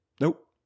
Nope